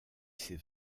ces